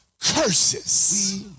curses